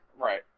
Right